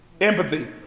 Empathy